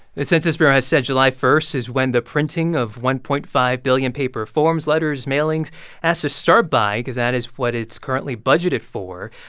the census bureau has said july one is when the printing of one point five billion paper forms, letters, mailings has to start by cause that is what it's currently budgeted for.